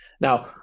Now